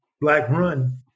black-run